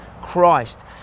christ